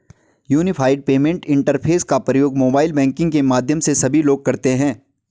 unified payment interface का प्रयोग mobile banking के माध्यम से सभी लोग करते हैं